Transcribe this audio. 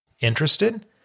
Interested